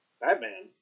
Batman